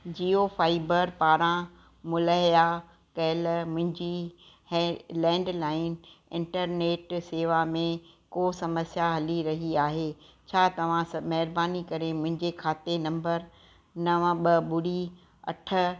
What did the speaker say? Jio fibre पारां मुलहिया कयलु मुंहिंजी है लैंडलाइन इंटरनेट सेवा में को समस्या हली रही आहे छा तव्हां स महिरबानी करे मुंहिंजे खाते नम्बर नव ॿ ॿुड़ी अठ